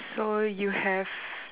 so you have